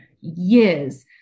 years